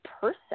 person